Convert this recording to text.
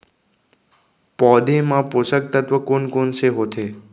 पौधे मा पोसक तत्व कोन कोन से होथे?